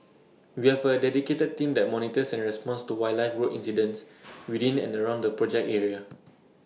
we have A dedicated team that monitors and responds to wildlife road incidents within and around the project area